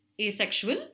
asexual